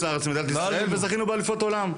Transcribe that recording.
לארץ למדינת ישראל וזכינו באליפות עולם,